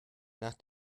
nach